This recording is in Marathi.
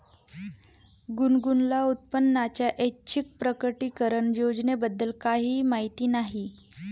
गुनगुनला उत्पन्नाच्या ऐच्छिक प्रकटीकरण योजनेबद्दल काहीही माहिती नाही